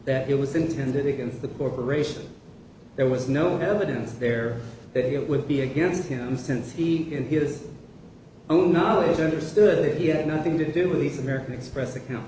that it was intended against the corporation there was no evidence there it would be against him since he in his own knowledge understood that he had nothing to do with american express account